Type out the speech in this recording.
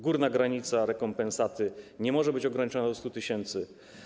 Górna granica rekompensaty nie może być ograniczona do 100 tys.